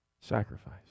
sacrifice